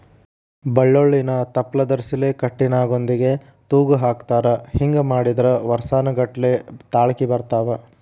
ಬಳ್ಳೋಳ್ಳಿನ ತಪ್ಲದರ್ಸಿಲೆ ಕಟ್ಟಿ ನಾಗೊಂದಿಗೆ ತೂಗಹಾಕತಾರ ಹಿಂಗ ಮಾಡಿದ್ರ ವರ್ಸಾನಗಟ್ಲೆ ತಾಳ್ಕಿ ಬರ್ತಾವ